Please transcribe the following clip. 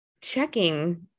checking